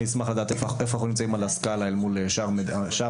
אני אשמח לדעת איפה אנחנו נמצאים על הסקאלה אל מול שאר המדינות.